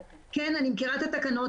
כן, אני מכירה את התקנות.